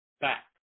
back